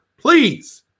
please